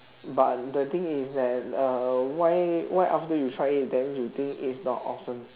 but the thing is that uh why why after you try it then you think it's not awesome